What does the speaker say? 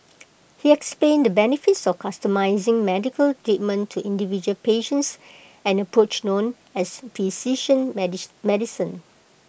he explained the benefits of customising medical treatment to individual patients an approach known as precision medicine